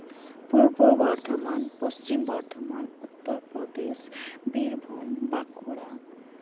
Purba Bardhaman Paschim Bardhaman Uttar Pradesh Birbhum Bankura